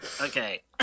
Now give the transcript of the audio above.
Okay